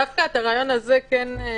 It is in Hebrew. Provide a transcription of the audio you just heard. דווקא את הרעיון הזה אימצנו